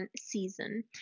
season